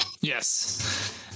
Yes